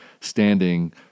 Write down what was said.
standing